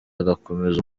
agakomeza